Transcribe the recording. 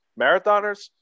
Marathoners